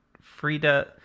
Frida